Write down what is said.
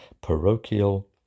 parochial